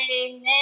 Amen